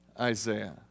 Isaiah